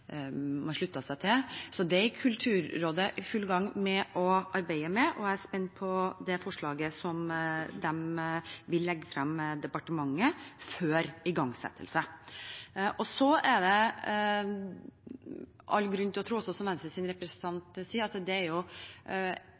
man sluttet seg til. Det er Kulturrådet i full gang med å arbeide med. Jeg er spent på forslaget som de vil legge frem for departementet før igangsettelse. Det er all grunn til å tro – som også Venstres representant sier – at det foreløpig er